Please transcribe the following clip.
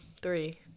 three